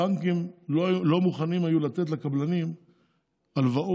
הבנקים לא היו מוכנים לתת לקבלנים הלוואות